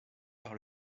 par